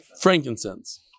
frankincense